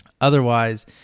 Otherwise